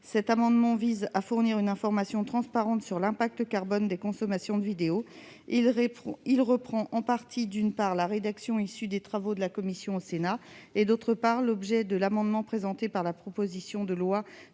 Cet amendement vise à fournir une information transparente sur l'impact carbone des consommations de vidéos. Il reprend en partie, d'une part, la rédaction issue des travaux de la commission au Sénat et, d'autre part, l'objet d'un amendement, déposé par notre